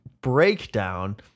Breakdown